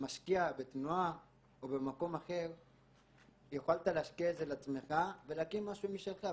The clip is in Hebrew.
משקיע בתנועה או במקום אחר יכולת להשקיע את זה בעצמך ולהקים משהו משלך,